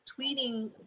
tweeting